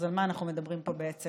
אז על מה אנחנו מדברים פה בעצם?